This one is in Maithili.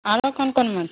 आरो कोन कोन माछ